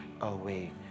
away